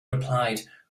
replied